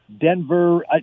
Denver